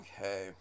okay